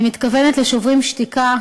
אני מתכוונת ל"שוברים שתיקה",